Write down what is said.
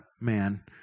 man